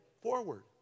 forward